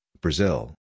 Brazil